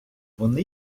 вони